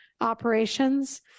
Operations